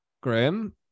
Graham